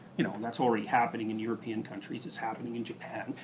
you know and that's already happening in european countries, it's happening in japan,